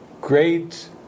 great